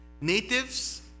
Natives